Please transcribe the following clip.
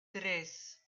tres